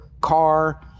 car